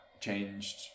changed